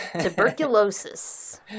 Tuberculosis